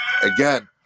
Again